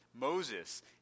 Moses